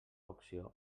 opció